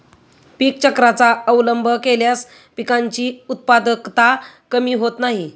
पीक चक्राचा अवलंब केल्यास पिकांची उत्पादकता कमी होत नाही